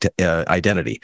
identity